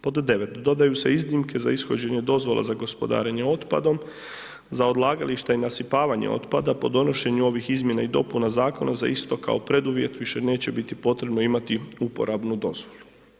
Pod devet, dodaju se iznimke za ishođenje dozvola za gospodarenje otpadom, za odlagalište i nasipavanje otpada po donošenju ovih izmjena i dopuna zakona za isto kao preduvjet više neće biti potrebno imati uporabnu dozvolu.